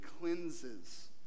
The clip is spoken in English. cleanses